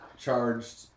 charged